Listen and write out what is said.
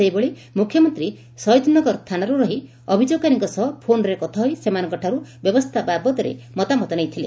ସେହିଭଳି ମୁଖ୍ୟମନ୍ତୀ ଶହିଦନଗର ଥାନାରୁ ରହି ଅଭିଯୋଗକାରୀଙ୍କ ସହ ଫୋନରେ କଥା ହୋଇ ସେମାନଙ୍କ ଠାରୁ ବ୍ୟବସ୍କା ବାବଦରେ ମତାମତ ନେଇଥିଲେ